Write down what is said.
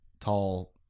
tall